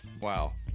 Wow